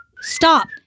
Stop